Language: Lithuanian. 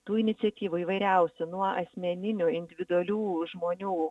tų iniciatyvų įvairiausių nuo asmeninių individualių žmonių